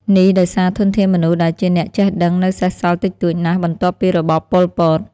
នេះដោយសារធនធានមនុស្សដែលជាអ្នកចេះដឹងនៅសេសសល់តិចតួចណាស់បន្ទាប់ពីរបបប៉ុលពត។